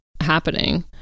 happening